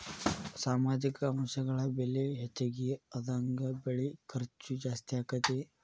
ಸಾಮಾಜಿಕ ಅಂಶಗಳ ಬೆಲೆ ಹೆಚಗಿ ಆದಂಗ ಬೆಳಿ ಖರ್ಚು ಜಾಸ್ತಿ ಅಕ್ಕತಿ